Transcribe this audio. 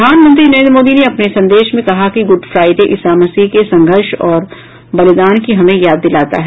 प्रधामंत्री नरेन्द्र मोदी ने अपने संदेश में कहा है कि गुड फ्राइडे ईसाा मसीह के संघर्ष और बलिदान की हमें याद दिलाता है